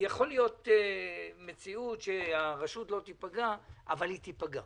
יכולה להיות מציאות שהרשות לא תיפגע אבל היא תיפגע.